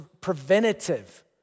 preventative